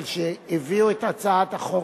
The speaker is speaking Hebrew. על שהביאו את הצעת החוק,